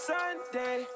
Sunday